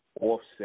offset